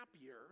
happier